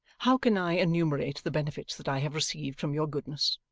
how can i enumerate the benefits that i have received from your goodness?